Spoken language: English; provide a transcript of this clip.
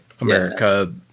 America